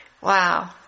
Wow